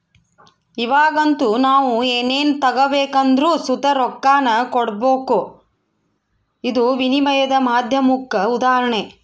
ಇವಾಗಂತೂ ನಾವು ಏನನ ತಗಬೇಕೆಂದರು ಸುತ ರೊಕ್ಕಾನ ಕೊಡಬಕು, ಇದು ವಿನಿಮಯದ ಮಾಧ್ಯಮುಕ್ಕ ಉದಾಹರಣೆ